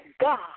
God